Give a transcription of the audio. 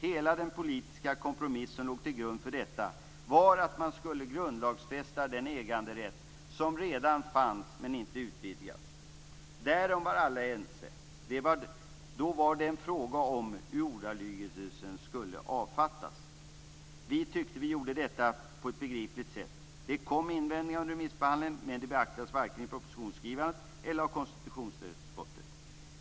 Hela den politiska kompromiss som låg till grund för detta var att man skulle grundlagsfästa den äganderätt som redan fanns men inte utvidgades. Därom var alla ense. Då var det en fråga om hur ordalagen skulle avfattas. Vi tyckte att vi gjorde detta på ett begripligt sätt. Det kom invändningar under remissbehandlingen, men de beaktades varken i propositionsskrivandet eller av konstitutionsutskottet.